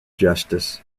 justice